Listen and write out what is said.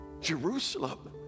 jerusalem